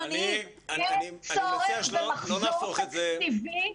אין צורך במחזור תקציבי,